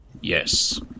Yes